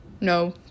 no